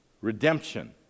redemption